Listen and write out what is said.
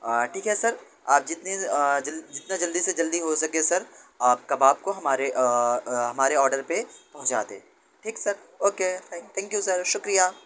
ٹھیک ہے سر آپ جتنا جلدی سے جلدی ہو سکے سر آپ کباب کو ہمارے ہمارے آڈر پہ پہنچا دیں ٹھیک sir okay thank you sir شکریہ